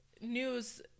news